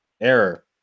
error